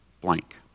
blank